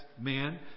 man